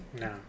No